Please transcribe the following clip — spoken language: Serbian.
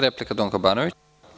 Replika, Donka Banović.